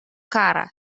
kara